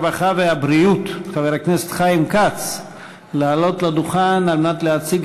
הרווחה והבריאות חבר הכנסת חיים כץ לעלות לדוכן כדי להציג